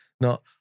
No